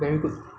完了